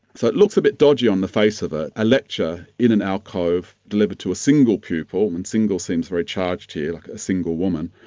so it looks a bit dodgy on the face of it, a lecture in an alcove delivered to a single pupil, and single seems very charged here, like a single woman,